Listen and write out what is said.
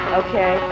okay